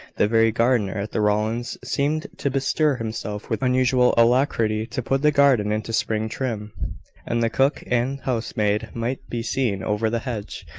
the very gardener at the rowlands' seemed to bestir himself with unusual alacrity to put the garden into spring trim and the cook and housemaid might be seen over the hedge,